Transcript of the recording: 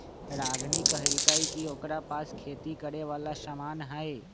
रागिनी कहलकई कि ओकरा पास खेती करे वाला समान हई